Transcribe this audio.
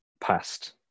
past